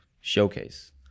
showcase